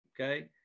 okay